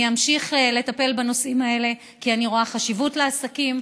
אני אמשיך לטפל בנושאים האלה כי אני רואה חשיבות לעסקים.